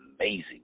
amazing